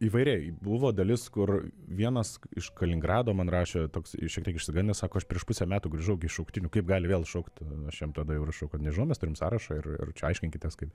įvairiai buvo dalis kur vienas iš kaliningrado man rašė toks šiek tiek išsigandęs sako aš prieš pusę metų grįžau gi iš šauktinių kaip gali vėl šaukt aš jam tada jau prašau kad nežinau mes turim sąrašą ir ir aiškinkitės kaip